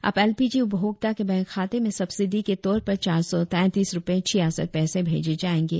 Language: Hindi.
अब एलपीजी उपभोक्ता के बैंक खाते में सब्सिडी के तौर पर चार सौ तैतीस रुपये छियासठ पैसे भेजे जाएंगे